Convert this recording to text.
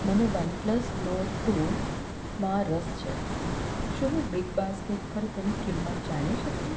મને OnePlus Nord two માં રસ છે શું હું બિગ બાસ્કેટ પર તેની કિંમત જાણી શકું